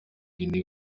guinée